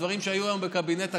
דברים שהיו היום בקבינט הקורונה,